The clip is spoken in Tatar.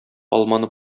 алманы